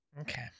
Okay